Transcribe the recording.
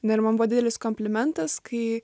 na ir man buvo didelis komplimentas kai